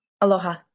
Aloha